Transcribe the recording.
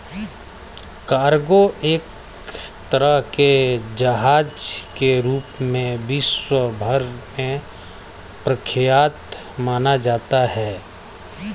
cargo एक तरह के जहाज के रूप में विश्व भर में प्रख्यात माना जाता है